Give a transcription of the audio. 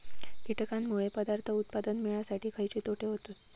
कीटकांनमुळे पदार्थ उत्पादन मिळासाठी खयचे तोटे होतत?